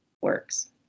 works